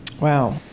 Wow